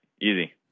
Easy